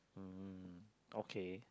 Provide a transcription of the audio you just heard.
mm okay